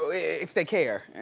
so if they care.